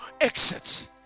exits